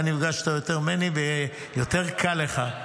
אני יודע שאתה יותר ממני ויותר קל לך.